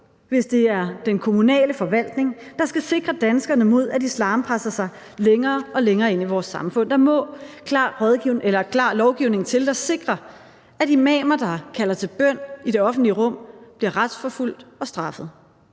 hvis det er den kommunale forvaltning, der skal sikre danskerne mod, at islam presser sig længere og længere ind i vores samfund. Der må klar lovgivning til, der sikrer, at imamer, der kalder til bøn i det offentlige rum, bliver retsforfulgt og straffet.